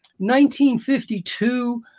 1952